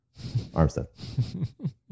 Armstead